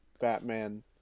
batman